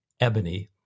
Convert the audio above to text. ebony